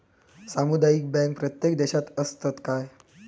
सामुदायिक बँक प्रत्येक देशात असतत काय?